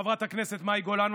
חברת הכנסת מאי גולן,